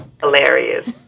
Hilarious